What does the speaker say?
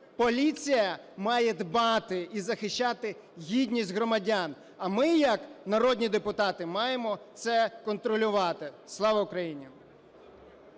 Поліція має дбати і захищати гідність громадян, а ми як народні депутати маємо це контролювати. Слава Україні!